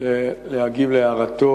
להגיב על הערתו